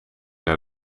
naar